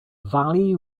valley